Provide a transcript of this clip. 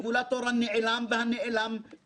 אני יודע שראשי מערכות אלו,